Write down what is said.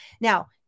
Now